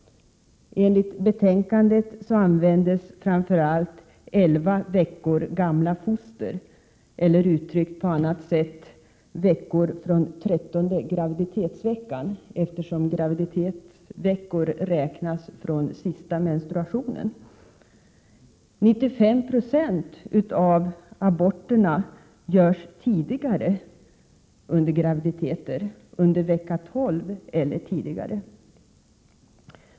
Enligt betänkandet används framför allt elva veckor gamla foster eller, uttryckt på annat sätt foster, från trettonde graviditetsveckan, eftersom graviditetsveckor räknas från sista menstruationen. 95 76 av aborterna görs tidigare under graviditeten, under tolfte veckan eller tidigare.